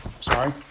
Sorry